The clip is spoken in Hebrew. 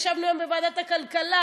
ישבנו היום בוועדת הכלכלה,